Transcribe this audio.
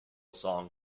song